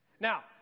Now